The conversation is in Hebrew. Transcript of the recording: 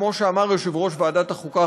כמו שאמר יושב-ראש ועדת החוקה,